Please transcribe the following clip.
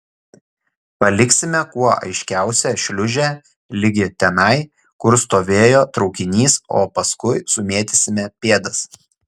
paliksime kuo aiškiausią šliūžę ligi tenai kur stovėjo traukinys o paskui sumėtysime pėdas